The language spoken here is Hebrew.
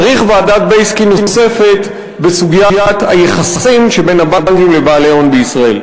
צריך ועדת בייסקי נוספת בסוגיית היחסים שבין הבנקים לבעלי הון בישראל.